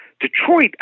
Detroit